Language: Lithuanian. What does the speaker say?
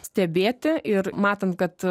stebėti ir matant kad